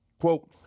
Quote